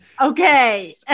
okay